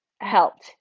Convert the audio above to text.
helped